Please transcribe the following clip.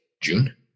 June